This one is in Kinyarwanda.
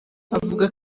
avuga